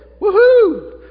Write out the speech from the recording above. woohoo